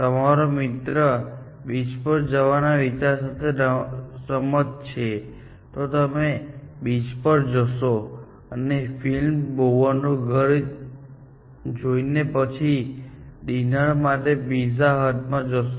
તમારો મિત્ર બીચ પર જવાના વિચાર સાથે સંમત છે તો તમે બીચ પર જશો અને પછી ફિલ્મ ભૂવનનું ઘર જોઈને પછી ડિનર માટે પિઝા હટ માં જશો